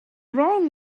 wrong